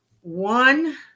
one